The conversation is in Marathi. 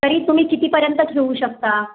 तरी तुम्ही कितीपर्यंत घेऊ शकता